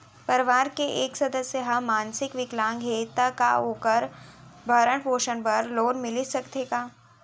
परवार के एक सदस्य हा मानसिक विकलांग हे त का वोकर भरण पोषण बर लोन मिलिस सकथे का?